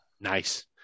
Nice